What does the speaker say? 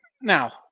Now